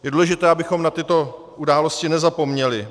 Je důležité, abychom na tyto události nezapomněli.